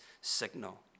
signal